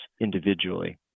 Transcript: individually